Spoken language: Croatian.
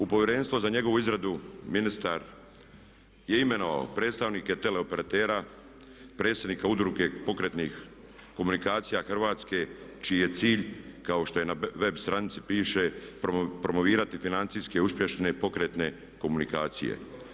U povjerenstvo za njegovu izradu ministar je imenovao predstavnike teleoperatera, predsjednika Udruge pokretnih komunikacija hrvatske čiji je cilj kao što na web stranici piše promovirati financijske uspješne pokretne komunikacije.